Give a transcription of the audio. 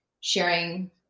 sharing